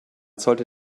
sollte